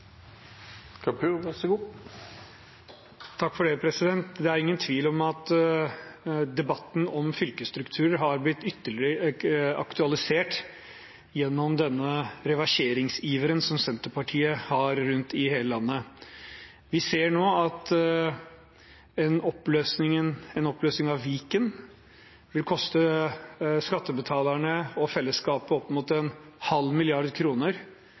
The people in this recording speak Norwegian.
Det er ingen tvil om at debatten om fylkesstrukturer har blitt ytterligere aktualisert gjennom reverseringsiveren som Senterpartiet har rundt i hele landet. Vi ser nå at en oppløsning av Viken vil koste skattebetalerne og fellesskapet opp mot en halv milliard kroner